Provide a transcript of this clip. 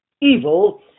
evil